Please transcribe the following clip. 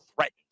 threatened